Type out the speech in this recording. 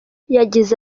yagize